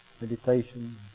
meditation